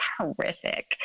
horrific